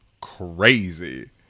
crazy